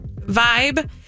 vibe